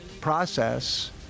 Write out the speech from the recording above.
process